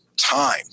time